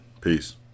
Peace